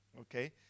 Okay